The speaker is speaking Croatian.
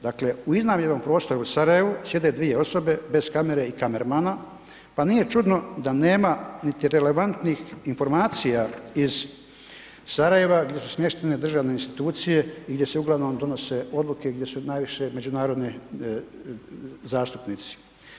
Dakle, u iznajmljenom prostoru u Sarajevu sjede dvije osobe bez kamere i kamermana, pa nije čudno da nema niti relevantnih informacija iz Sarajeva gdje su smještene državne institucije i gdje se uglavnom donose odluke, gdje su najviše međunarodne zastupnici.